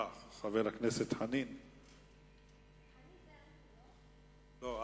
חנין זו אני, לא?